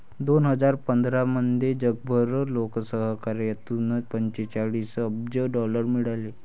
दोन हजार पंधरामध्ये जगभर लोकसहकार्यातून पंचेचाळीस अब्ज डॉलर मिळाले